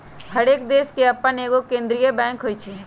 हरेक देश के अप्पन एगो केंद्रीय बैंक होइ छइ